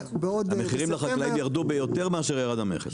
המחירים לחקלאים ירדו יותר מאשר ירד המכס.